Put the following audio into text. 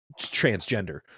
transgender